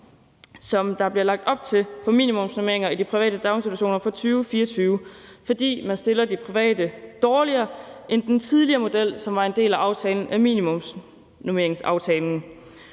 der bliver lagt op til for minimumsnormeringer i de private daginstitutioner for 2024, fordi man stiller de private dårligere end med den tidligere model, som var en del af minimumsnormeringsaftalen.